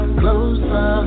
closer